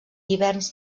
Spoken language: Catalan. hiverns